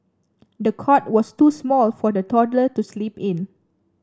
the cot was too small for the toddler to sleep in